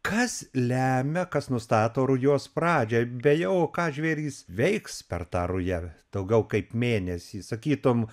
kas lemia kas nustato rujos pradžią beje o ką žvėrys veiks per tą rują daugiau kaip mėnesį sakytum